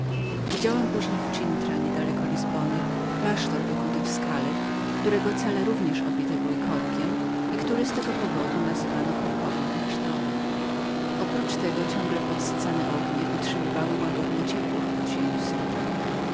widziałem później w cintra niedelekoniedaleko lizbony klasztór wykuty w skale którego cele taż sama roślina pokrywała i który z tego powodu nazywano bluszczowym klasztorem oprócz tego ciągle podsycane ognie utrzymywały łagodne ciepło w